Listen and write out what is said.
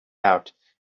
out